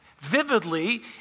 vividly